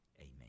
Amen